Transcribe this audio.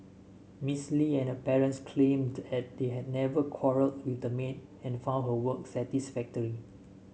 Miss Li and her parents claimed that they had never quarrelled with the maid and found her work satisfactory